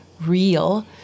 real